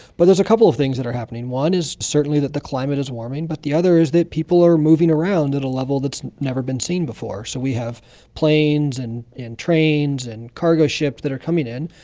but there is a couple of things that are happening. one is certainly that the climate is warming, but the other is that people are moving around at a level that has never been seen before. so we have planes and and trains and cargo ships that are coming in,